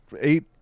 eight